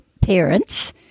parents